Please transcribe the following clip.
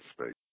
space